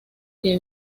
que